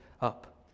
up